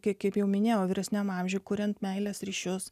kaip jau minėjau vyresniame amžiuje kuriant meilės ryšius